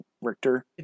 Richter